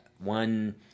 one